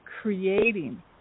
creating